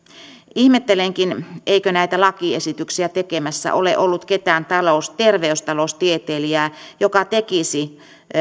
ihmettelenkin eikö näitä lakiesityksiä tekemässä ole ollut ketään terveystaloustieteilijää joka tekisi kunnollisia kustannusvaikuttavuus